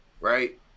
right